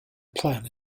plan